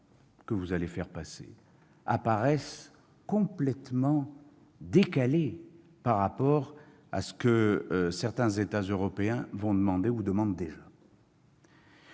que vous allez faire passer, madame la ministre, apparaisse complètement décalée par rapport à ce que certains États européens vont demander ou demandent déjà.